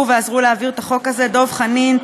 ועזרו להעביר את החוק הזה: דב חנין,